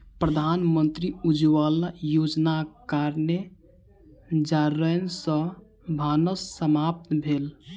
प्रधानमंत्री उज्ज्वला योजनाक कारणेँ जारैन सॅ भानस समाप्त भेल